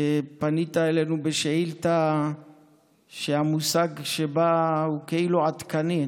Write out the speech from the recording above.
פנית אלינו בשאילתה שהמושג שבה הוא כאילו עדכני.